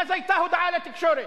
ואז היתה הודעה לתקשורת: